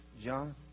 John